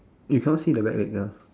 you cannot see the back leg ah